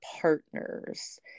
partners